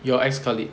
your ex colleague